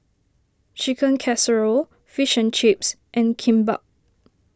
Chicken Casserole Fish and Chips and Kimbap